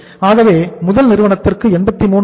ஆகவே முதல் நிறுவனத்திற்கு 83